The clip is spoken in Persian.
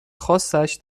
خاصش